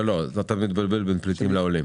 לא, אתה מתבלבל בין פליטים לעולים.